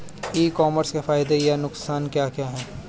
ई commerce के फायदे या नुकसान क्या क्या हैं?